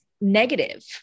negative